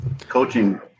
Coaching